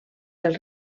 del